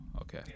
Okay